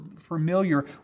familiar